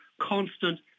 constant